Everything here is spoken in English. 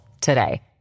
today